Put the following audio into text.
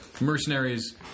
mercenaries